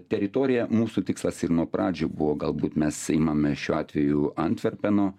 teritorija mūsų tikslas ir nuo pradžių buvo galbūt mes imame šiuo atveju antverpeno